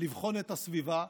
לבחון את הסביבה,